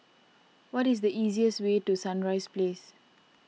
what is the easiest way to Sunrise Place